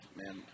man